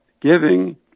Giving